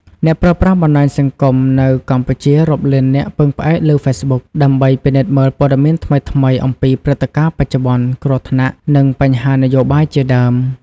អ្នកប្រើប្រាស់បណ្ដាញសង្គមនៅកម្ពុជារាប់លាននាក់ពឹងផ្អែកលើ Facebook ដើម្បីពិនិត្យមើលពត៌មានថ្មីៗអំពីព្រឹត្តិការណ៍បច្ចុប្បន្ន គ្រោះថ្នាក់ និងបញ្ហានយោបាយជាដើម។